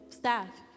staff